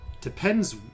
depends